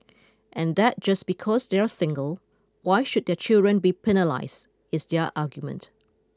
and that just because they are single why should their children be penalised is their argument